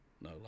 No